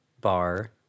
bar